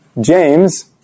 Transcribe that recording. James